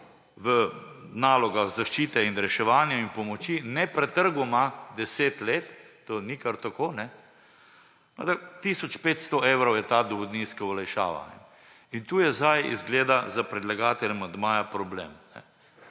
v nalogah zaščite in reševanja in pomoči nepretrgoma 10 let. To ni kar tako. Tisoč 500 evrov je ta dohodninska olajšava in tu je zdaj, izgleda, za predlagatelje amandmaja problem.